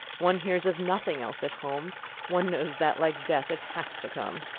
one hears of nothing else at home one knows that, like death, it has to come.